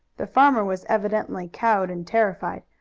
the farmer was evidently cowed and terrified,